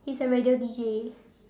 he's a radio D_J